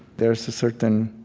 there is a certain